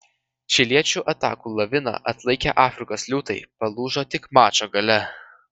čiliečių atakų laviną atlaikę afrikos liūtai palūžo tik mačo gale